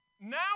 Now